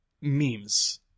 memes